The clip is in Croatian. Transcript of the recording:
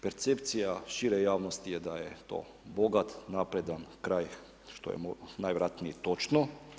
Percepcija šire javnosti je da je to bogat i napredan kraj, što je najvjerojatnije i točno.